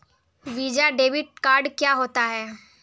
Visa debit card क्या होता है?